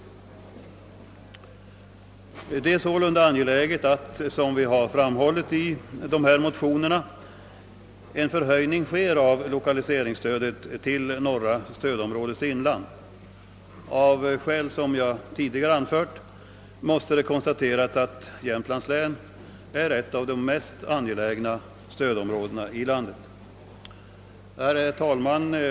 Jag finner det sålunda angeläget att, såsom vi framhållit i ifrågavarande motioner, en förhöjning genomföres av lokaliseringsstödet till det norra stödområdets inland. Det måste konstateras att Jämtlands län, av skäl som jag tidigare anfört, är ett av de mest angelägna stödområdena i landet. Herr talman!